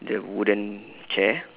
the wooden chair